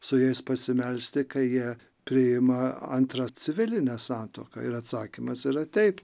su jais pasimelsti kai jie priima antrą civilinę santuoką ir atsakymas yra taip